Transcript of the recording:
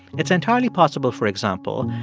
it's entirely possible, for example,